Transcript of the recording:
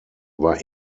war